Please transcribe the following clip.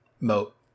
Moat